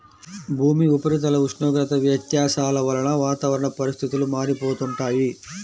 భూమి ఉపరితల ఉష్ణోగ్రత వ్యత్యాసాల వలన వాతావరణ పరిస్థితులు మారిపోతుంటాయి